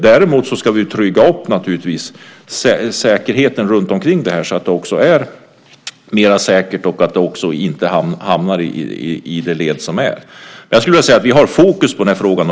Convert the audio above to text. Däremot ska vi bygga upp säkerheten runtomkring så att det också blir tryggare och inte någon hamnar i beråd. Jag skulle vilja säga att vi har ordentligt fokus på den här frågan.